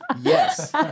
Yes